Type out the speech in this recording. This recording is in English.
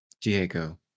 Diego